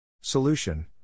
Solution